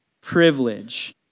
privilege